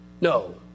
No